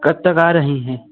कब तक आ रहीं हैं